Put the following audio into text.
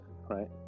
right